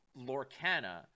Lorcana